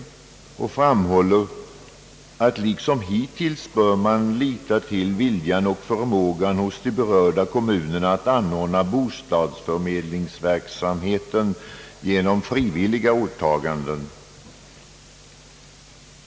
Förbundet framhåller att man liksom hittills bör lita till viljan och förmågan hos de berörda kommunerna att anordna bostadsförmedlingsverksamheten genom frivilliga åtaganden.